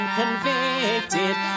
convicted